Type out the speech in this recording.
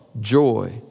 joy